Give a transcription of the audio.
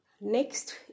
Next